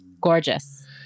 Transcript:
gorgeous